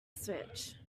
switch